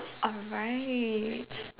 alright